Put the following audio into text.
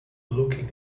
looking